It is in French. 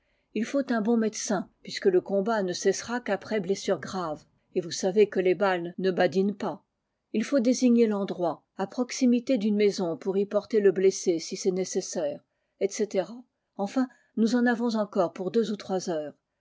il faut un bon médecin puisque le combat ne cessera qu'après blessure grave et vous savez que les balles ne badinent pas ii faut désigner l'endroit à proximité d'une maison pour y porter le blessé si c'est nécessaire etc enfin nous en avons encore pour deux ou trois heures